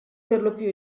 perlopiù